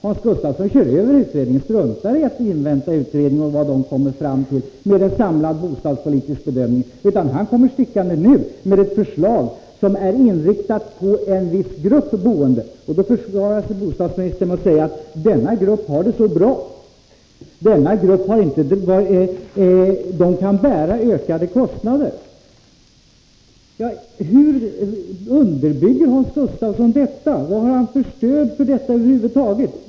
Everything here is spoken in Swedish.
Hans Gustafsson kör över utredningen och struntar i att invänta vad utredningen kommer fram till i fråga om en samlad bostadspolitisk bedömning. I stället kommer han stickande nu med ett förslag som är inriktat på en viss grupp boende. Bostadsministern försvarar sig med att säga: Denna grupp har det så bra att den kan bära ökade kostnader. Hur underbygger Hans Gustafsson detta? Vad har han för stöd för detta över huvud taget?